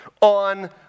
on